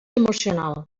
emocional